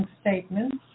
statements